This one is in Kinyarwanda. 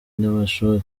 n’amashuri